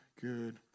good